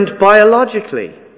biologically